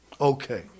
Okay